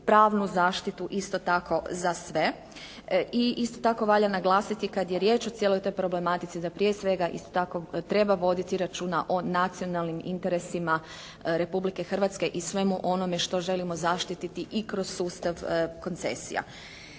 pravnu zaštitu isto tako za sve. I isto tako valja naglasiti kada je riječ o cijeloj toj problematici da prije svega isto tako treba voditi računa o nacionalnim interesima Republike Hrvatske i svemu onome što želimo zaštititi i kroz sustav koncesija.